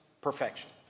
perfection